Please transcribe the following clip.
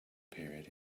period